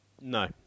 No